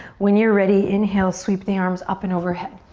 when you're ready, inhale, sweep the arms up and overhead.